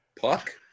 Puck